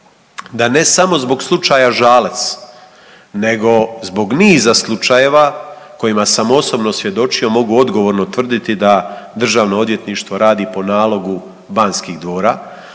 da ne samo zbog slučaja Žalac nego zbog niza slučajeva kojima sam osobno svjedočio mogu odgovorno tvrditi da državno odvjetništvo radi po nalogu banskih dvora.